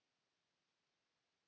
Kiitos,